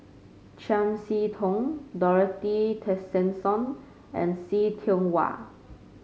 Chiam See Tong Dorothy Tessensohn and See Tiong Wah